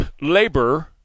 labor